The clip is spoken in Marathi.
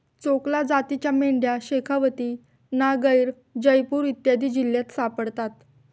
चोकला जातीच्या मेंढ्या शेखावती, नागैर, जयपूर इत्यादी जिल्ह्यांत सापडतात